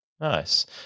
Nice